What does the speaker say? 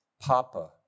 Papa